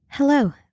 Hello